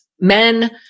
men